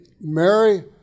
Mary